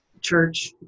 church